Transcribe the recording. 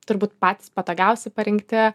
turbūt patys patogiausi parinkti